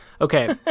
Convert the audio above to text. Okay